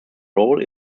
role